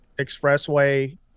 expressway